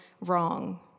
wrong